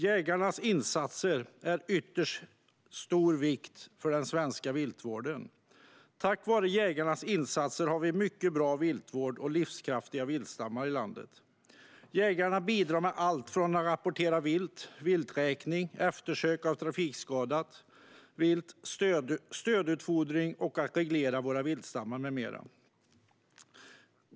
Jägarnas insatser är av ytterst stor vikt för den svenska viltvården. Tack vare jägarnas insatser har vi en mycket bra viltvård och livskraftiga viltstammar i landet. Jägarna bidrar med allt från rapportering av vilt, vilträkning och eftersök av trafikskadat vilt till stödutfodring, reglering av våra viltstammar med mera.